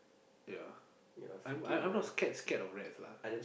ya I I'm not scared scared of rats lah